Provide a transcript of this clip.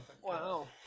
Wow